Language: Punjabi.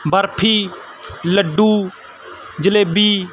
ਬਰਫੀ ਲੱਡੂ ਜਲੇਬੀ